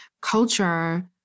culture